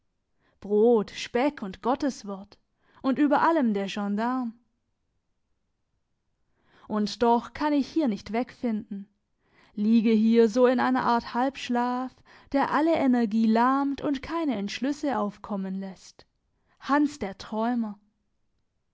brot speck und gotteswort und über allem der gendarm und doch kann ich hier nicht wegfinden liege hier so in einer art halbschlaf der alle energie lahmt und keine entschlüsse aufkommen lässt hans der träumer